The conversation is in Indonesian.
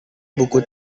buku